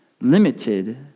limited